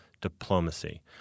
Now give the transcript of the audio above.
diplomacy